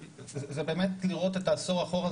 באמת לראות את העשור אחורה,